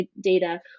data